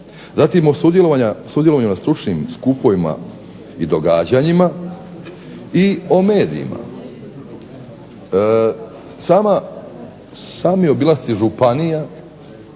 zatim o sudjelovanju na stručnim skupovima i događanjima i o medijima. Sami obilasci županija,